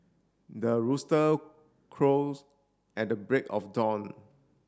the rooster crows at the break of dawn